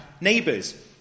neighbours